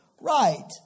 right